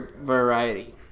variety